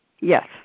Yes